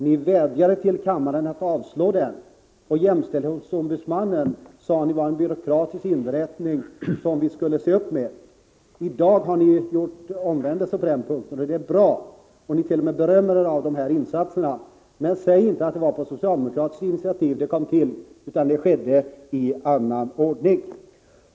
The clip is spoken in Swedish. Ni vädjade till kammaren att avslå den, och ni sade att jämställdhetsombudsmannen var en byråkratisk inrättning som vi skulle se upp med. I dag har ni gjort omvändelse på den punkten, och det är bra. Ni t.o.m. berömmer er av JämO:s insatser, men säg inte att det var på socialdemokratiskt initiativ de kom till, utan det skedde i annan ordning.